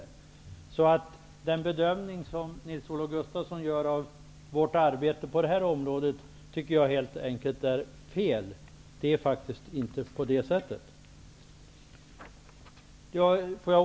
Jag tycker alltså att den bedömning som Nils-Olof Gustafsson gör av vårt arbete på detta område helt enkelt är felaktig.